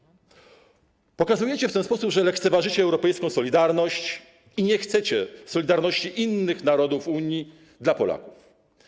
Pokazujecie w ten sposób, że lekceważycie europejską solidarność i nie chcecie solidarności innych narodów Unii dla Polaków.